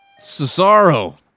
Cesaro